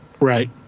Right